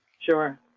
Sure